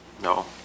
No